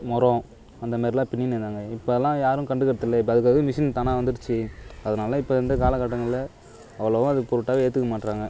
முறோம் அந்தமாரிலாம் பின்னின்னு இருந்தாங்க இப்போ எல்லா யாரும் கண்டுக்கிறத்தில்லை இப்போ அதுக்கு அதுக்கு மிஷின் தானாக வந்துடுச்சு அதனால இப்போ இந்த காலகட்டங்களில் அவ்வளோவா அது பொருட்டாகவே ஏற்றுக்க மாற்றாங்க